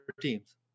teams